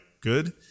good